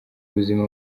buzima